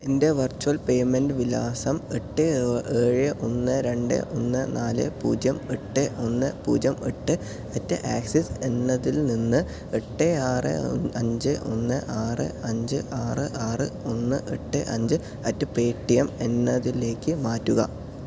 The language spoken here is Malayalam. എൻ്റെ വെർച്വൽ പേയ്മെന്റ് വിലാസം എട്ട് ഏഴ് ഒന്ന് രണ്ട് ഒന്ന് നാല് പൂജ്യം എട്ട് ഒന്ന് പൂജ്യം എട്ട് അറ്റ് ആക്സിസ് എന്നതിൽ നിന്ന് എട്ട് ആറ് അഞ്ച് ഒന്ന് ആറ് അഞ്ച് ആറ് ആറ് ഒന്ന് എട്ട് അഞ്ച് അറ്റ് പേടിഎം എന്നതിലേക്ക് മാറ്റുക